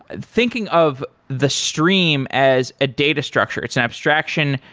thinking of the stream as a data structure it's an abstraction.